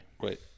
Wait